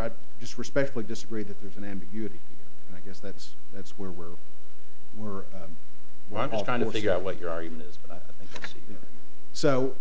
are just respectfully disagree that there's an ambiguity and i guess that's that's where we're we're we're all trying to figure out what your argument is so